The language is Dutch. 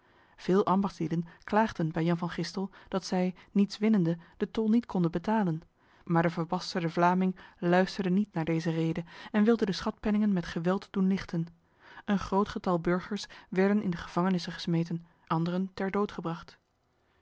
veel ambachtslieden klaagden bij jan van gistel dat zij niets winnende de tol niet konden betalen maar de verbasterde vlaming luisterde niet naar deze rede en wilde de schatpenningen met geweld doen lichten een groot getal burgers werden in de gevangenissen gesmeten anderen ter dood gebracht